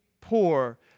poor